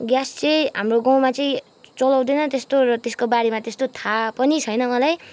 gas चाहिँ हाम्रो गाउँमा चाहिँ चलाउँदैन त्यस्तो र त्यसको बारेमा त्यस्तो थाहा पनि छैन मलाई